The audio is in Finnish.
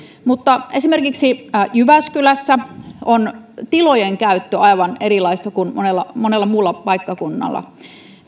mutta esimerkiksi jyväskylässä on tilojen käyttö aivan erilaista kuin monella monella muulla paikkakunnalla